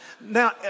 Now